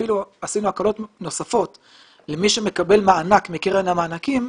אפילו עשינו הקלות נוספות כאשר מי שמקבל מענק מקרן המענקים,